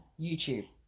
youtube